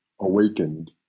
awakened